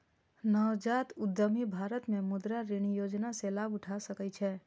नवजात उद्यमी भारत मे मुद्रा ऋण योजना सं लाभ उठा सकै छै